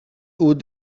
would